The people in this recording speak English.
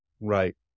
Right